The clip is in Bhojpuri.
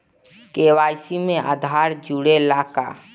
के.वाइ.सी में आधार जुड़े ला का?